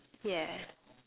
yeah